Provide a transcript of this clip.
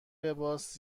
لباس